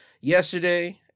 yesterday